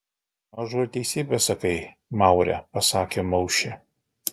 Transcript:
mažu ir teisybę sakai maure pasakė maušė